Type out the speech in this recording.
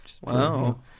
Wow